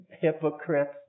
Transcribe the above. hypocrites